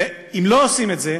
ואם לא עושים את זה,